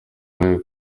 bayo